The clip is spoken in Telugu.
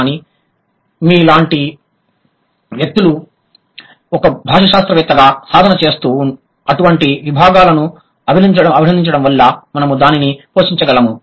కానీ మీ లాంటి వ్యక్తులు ఒక భాషాశాస్త్రవేత్తగా సాధన చేస్తూ అటువంటి విభాగాలను అభినందించడం వల్ల మనము దానిని పోషించగలము